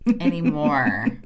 Anymore